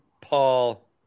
Paul